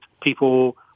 people